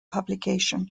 publication